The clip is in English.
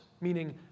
meaning